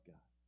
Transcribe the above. God